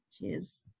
Cheers